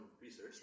research